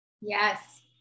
Yes